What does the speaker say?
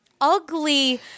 ugly